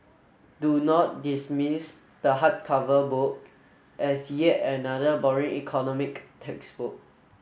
do not dismiss the hardcover book as yet another boring economic textbook